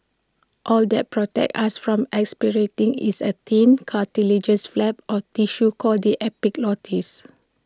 all that protects us from aspirating is A thin cartilaginous flap or tissue called the epiglottis